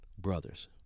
brothers